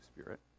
Spirit